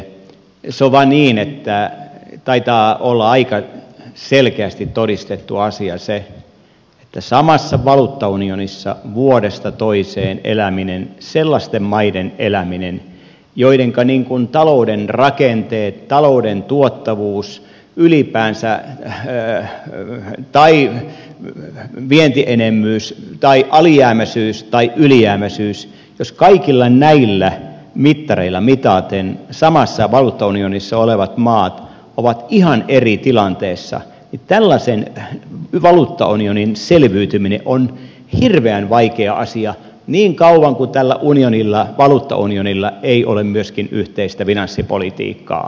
se on vaan niin että taitaa olla aika selkeästi todistettu asia se että samassa valuuttaunionissa vuodesta toiseen eläminen sellaisten maiden eläminen joidenka talouden rakenteet talouden tuottavuus tai vientienemmyys tai alijäämäisyys tai ylijäämäisyys jos kaikilla näillä mittareilla mitaten samassa valuuttaunionissa olevat maat ovat ihan eri tilanteessa tällaisen valuuttaunionin selviytyminen on hirveän vaikea asia niin kauan kuin tällä valuuttaunionilla ei ole myöskään yhteistä finanssipolitiikkaa